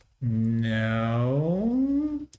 No